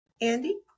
Andy